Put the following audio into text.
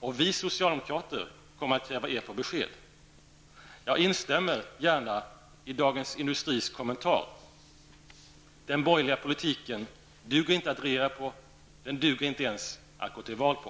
och vi socialdemokrater kommer att kräva er på besked. Jag instämmer gärna i följande kommentar från Dagens Industri: Den borgerliga politiken duger inte att regera på. Den duger inte ens att gå till val på.